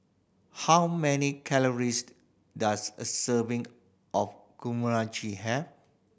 how many calories does a serving of have